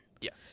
Yes